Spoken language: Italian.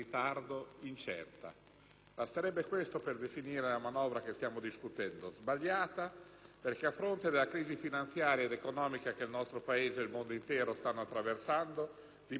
Basterebbe questo per definire la manovra che stiamo discutendo. È sbagliata perché, a fronte della crisi finanziaria ed economica che il nostro Paese ed il mondo intero stanno attraversando, di ben altro si avrebbe bisogno.